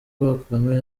kagame